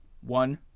One